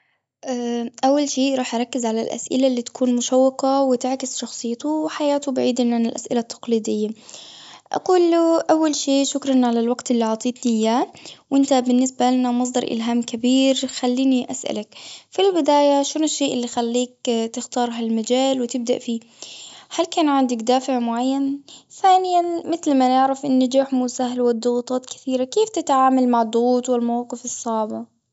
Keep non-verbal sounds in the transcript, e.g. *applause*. اه *hesitation* أول شيء راح أركز على الأسئلة اللي تكون مشوقة، وتعكس شخصيتة وحياتة، بعيداً عن الأسئلة التقليدية. أقوله أول شي، شكراً على الوقت اللي عطيتني إياه، وانت بالنسبة النا مصدر إلهام كبير. خليني اسألك، في البداية، شنو الشيء اللي خليك تختار هالمجال وتبدأ فيه. هل كان عندك دافع معين. ثانياً، مثل ما نعرف، النجاح مو سهل والضغوطات كثيرة، كيف تتعامل مع الضغوط والمواقف الصعبة.